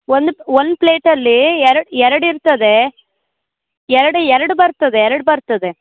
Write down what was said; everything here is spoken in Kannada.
ಒಂದು ಒನ್ ಪ್ಲೇಟಲ್ಲಿ ಎರಡು ಎರಡು ಇರ್ತದೆ ಎರಡು ಎರಡು ಬರ್ತದೆ ಎರಡು ಬರ್ತದೆ